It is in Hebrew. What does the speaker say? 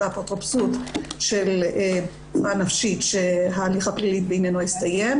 האפוטרופסות בשל מחלה נפשית כשההליך הפלילי בעניינו הסתיים